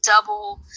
double